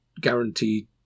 guaranteed